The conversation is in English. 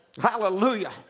Hallelujah